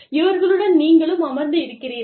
இவர்களுடன் நீங்களும் அமர்ந்து இருக்கிறீர்கள்